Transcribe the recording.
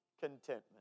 contentment